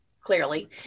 clearly